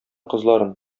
кызларын